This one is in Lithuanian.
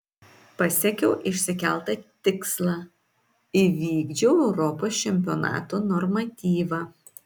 pasiekiau išsikeltą tikslą įvykdžiau europos čempionato normatyvą